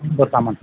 ಬರ್ ಸಾಮಾನು